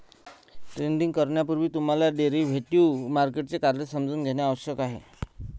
trading करण्यापूर्वी तुम्हाला derivative मार्केटचे कार्य समजून घेणे आवश्यक आहे